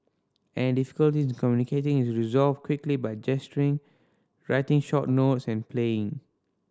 any difficulty in communicating is resolved quickly by gesturing writing short notes and playing